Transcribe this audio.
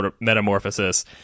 metamorphosis